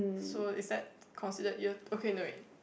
so is that considered year okay no wait